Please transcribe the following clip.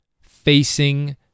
facing